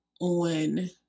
on